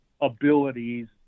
abilities